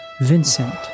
Vincent